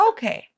Okay